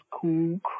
cool